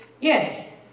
yes